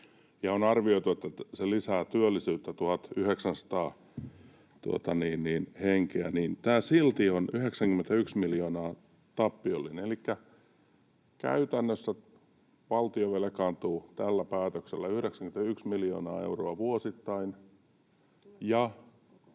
ja on arvioitu, että se lisää työllisyyttä 1 900 henkeä, niin tämä on silti 91 miljoonaa tappiollinen, elikkä käytännössä valtio velkaantuu tällä päätöksellä 91 miljoonaa euroa vuosittain